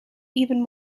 even